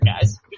guys